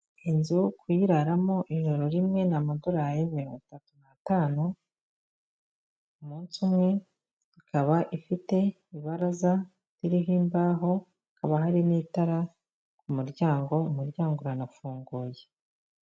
Inzu kuyiraramo ijoro rimwe ni amadolari mirongo itatu n'atanu umunsi umwe, ikaba ifite ibaraza ririho imbaho, hakaba hari n'itara ku muryango, umuryango uranafunguye.